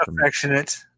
Affectionate